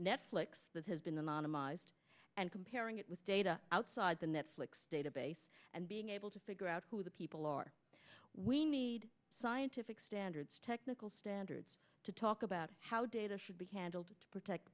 netflix that has been anonymized and comparing it with data outside the netflix database and being able to figure out who the people are we need scientific standards technical standards to talk about how data should be handled to protect